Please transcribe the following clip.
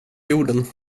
jorden